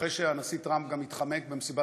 אחרי שהנשיא טראמפ גם התחמק במסיבת